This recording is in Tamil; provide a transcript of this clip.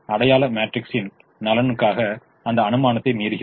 அடையாள மேட்ரிக்ஸின் நலன்களுக்காக அந்த அனுமானத்தை மீறுகிறோம்